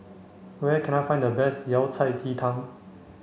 where can I find the best Yao Cai Ji Tang